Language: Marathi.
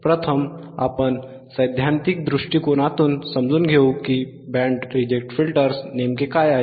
प्रथम आपण सैद्धांतिक दृष्टिकोनातून समजून घेऊ की बँड रिजेक्ट फिल्टर्स नेमके काय आहेत